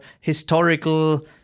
historical